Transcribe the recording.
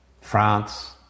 France